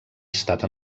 estat